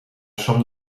som